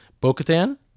Bo-Katan